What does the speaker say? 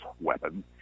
weapon